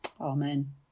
Amen